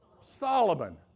Solomon